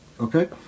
okay